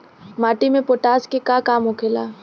माटी में पोटाश के का काम होखेला?